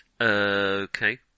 Okay